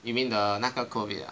you mean the 那个 COVID ah